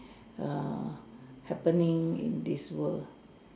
err happening in this world